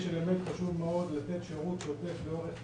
יש אלמנט חשוב מאוד לתת שירות שוטף לאורך